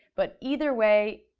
but either way,